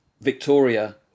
Victoria